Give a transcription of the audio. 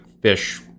fish